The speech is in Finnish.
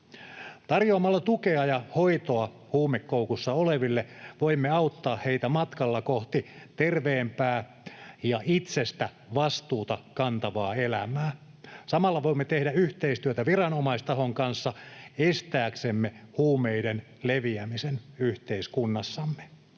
Tarjoamalla tukea ja hoitoa huumekoukussa oleville voimme auttaa heitä matkalla kohti terveempää ja itsestä vastuuta kantavaa elämää. Samalla voimme tehdä yhteistyötä viranomaistahon kanssa estääksemme huumeiden leviämisen yhteiskunnassamme.